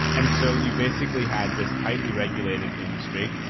and so you basically had this tightly regulated industry.